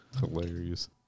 hilarious